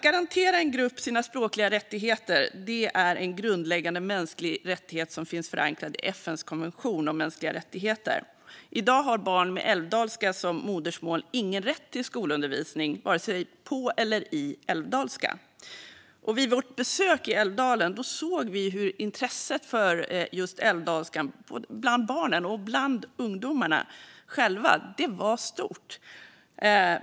Garantier för gruppers språkliga rättigheter ingår i de grundläggande mänskliga rättigheter som finns förankrade i FN:s konvention. I dag har barn med älvdalska som modersmål ingen rätt till skolundervisning vare sig på eller i älvdalska. Vid vårt besök i Älvdalen såg vi hur barnens och ungdomarnas intresse för älvdalskan var stort.